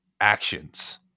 actions